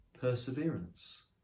perseverance